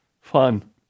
fun